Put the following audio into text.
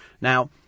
Now